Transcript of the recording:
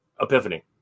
epiphany